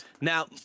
Now